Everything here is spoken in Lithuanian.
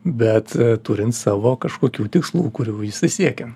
bet turint savo kažkokių tikslų kurių jisai siekia